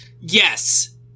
Yes